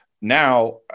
Now